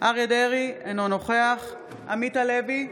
אריה מכלוף דרעי, אינו נוכח עמית הלוי,